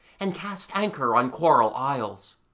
and cast anchor on coral isles.